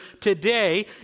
today